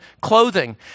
clothing